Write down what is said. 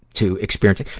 to experience it.